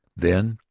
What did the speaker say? then,